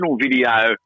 video